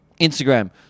Instagram